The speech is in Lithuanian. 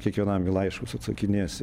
kiekvienam į laiškus atsakinėsi